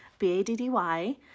B-A-D-D-Y